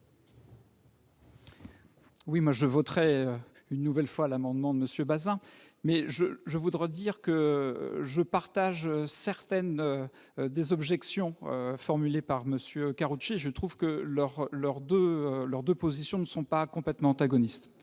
Oui, moi je voterai une nouvelle fois l'amendement de monsieur Baeza mais je, je voudrais dire que je partage certaines des objections formulées par monsieur Karoutchi je trouve que leur leur de leur de positions ne sont pas complètement antagonistes